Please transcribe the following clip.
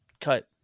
Cut